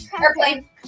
Airplane